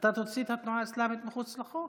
אתה תוציא את התנועה האסלאמית מחוץ לחוק?